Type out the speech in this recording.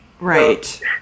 Right